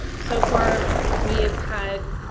ah so far we've had,